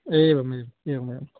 एवम् एवम् एवमेवं